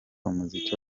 umuziki